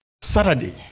Saturday